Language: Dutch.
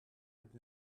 doet